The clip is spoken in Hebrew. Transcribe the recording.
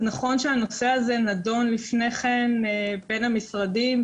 נכון שהנושא הזה נדון לפני כן בין המשרדים,